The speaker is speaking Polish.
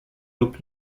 lub